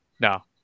No